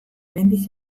mendiz